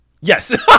Yes